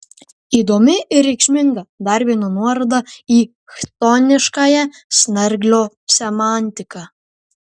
įdomi ir reikšminga dar viena nuoroda į chtoniškąją snarglio semantiką